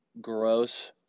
Gross